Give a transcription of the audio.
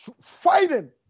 fighting